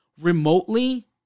remotely